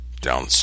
Down